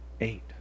eight